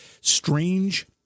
strange